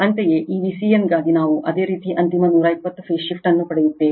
ಅಂತೆಯೇ ಈ Vcn ಗಾಗಿ ನಾವು ಅದೇ ರೀತಿ ಅಂತಿಮ 120 o ಫೇಸ್ ಶಿಫ್ಟ್ ಅನ್ನು ಪಡೆಯುತ್ತೇವೆ